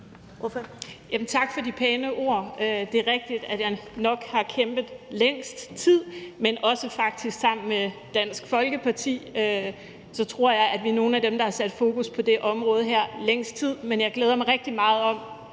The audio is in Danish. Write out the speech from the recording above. Tak for de pæne ord. Det er rigtigt, at jeg nok har kæmpet i længst tid, men faktisk også sammen med Dansk Folkeparti. Jeg tror, vi er nogle af dem, der har sat fokus på det her område i længst tid, men jeg glæder mig rigtig meget